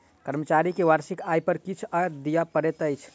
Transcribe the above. कर्मचारी के वार्षिक आय पर किछ कर दिअ पड़ैत अछि